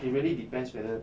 it really depends whether